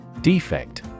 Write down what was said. Defect